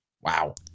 Wow